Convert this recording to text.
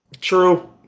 True